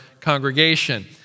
congregation